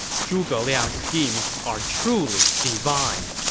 zhuge liang's schemes are truly divine!